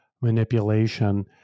manipulation